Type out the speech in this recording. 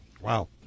Wow